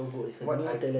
what I